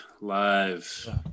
Live